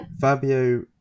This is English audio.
Fabio